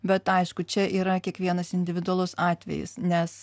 bet aišku čia yra kiekvienas individualus atvejis nes